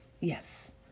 Yes